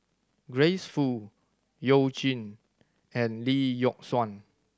Grace Fu You Jin and Lee Yock Suan